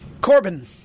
Corbin